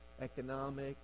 economic